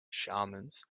shamans